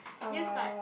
you start